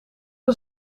een